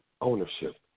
ownership